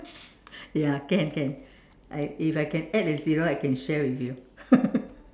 ya can can I if I can add a zero I can share with you